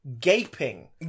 gaping